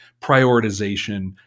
prioritization